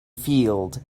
field